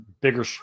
bigger